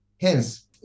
Hence